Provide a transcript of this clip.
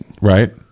right